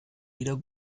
wieder